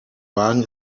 wagen